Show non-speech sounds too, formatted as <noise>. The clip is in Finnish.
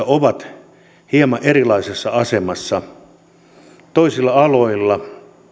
<unintelligible> ovat keskenään hieman erilaisessa asemassa toisilla aloilla